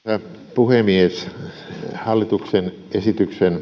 puhemies hallituksen esityksen